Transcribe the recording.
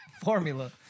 formula